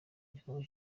igikorwa